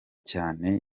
cyane